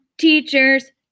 teachers